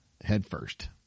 headfirst